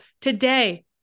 today